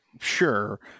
sure